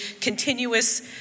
continuous